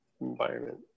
environment